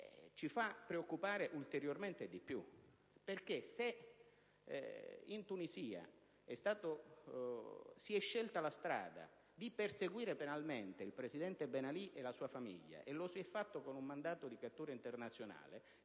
ci fa preoccupare ulteriormente: infatti, se in Tunisia si è scelta la strada di perseguire penalmente il presidente Ben Ali e la sua famiglia, e lo si è fatto con un mandato di cattura internazionale,